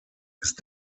ist